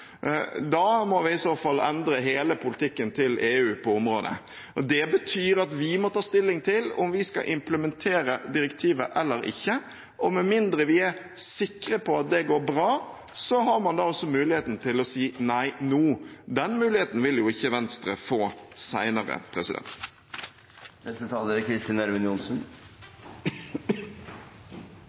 Da må vi i så fall endre hele politikken til EU på området. Det betyr at vi må ta stilling til om vi skal implementere direktivet eller ikke. Med mindre vi er sikre på at det går bra, har man muligheten til å si nei nå. Den muligheten vil ikke Venstre få